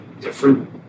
different